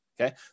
Okay